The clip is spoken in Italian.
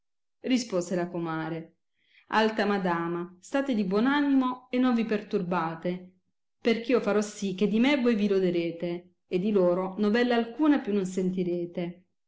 rispose la comare alta madama state di buon animo e non vi perturbate perch io farò sì che di me voi vi loderete e di loro novella alcuna più non sentirete